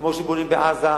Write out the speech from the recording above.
שכמו שבונים בעזה,